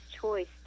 choice